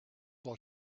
will